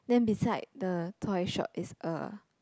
then beside the toy shop is a